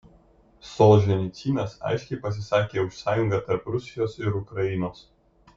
solženicynas aiškiai pasisakė už sąjungą tarp rusijos ir ukrainos